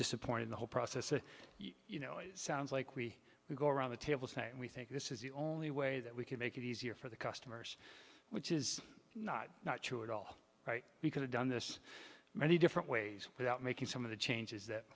disappointing the whole process and you know it sounds like we will go around the table saying we think this is the only way that we can make it easier for the customers which is not not sure at all right we could have done this many different ways without making some of the changes that